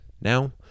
Now